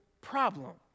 problem